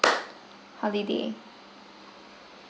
holiday